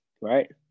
right